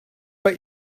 but